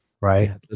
right